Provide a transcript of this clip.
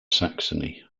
saxony